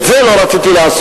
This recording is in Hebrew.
את זה לא רציתי לעשות,